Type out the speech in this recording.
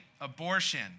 Abortion